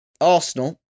Arsenal